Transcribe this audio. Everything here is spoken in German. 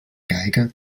geiger